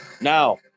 Now